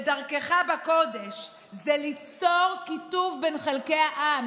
כדרכך בקודש, זה ליצור קיטוב בין חלקי העם.